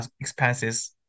expenses